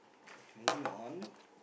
k moving on